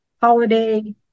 holiday